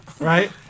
right